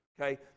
Okay